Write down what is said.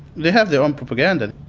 they have their own propaganda.